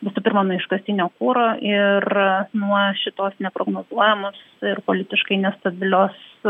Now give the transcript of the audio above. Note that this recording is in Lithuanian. visų pirma nuo iškastinio kuro ir nuo šitos neprognozuojamos ir politiškai nestabilios